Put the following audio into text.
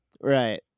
right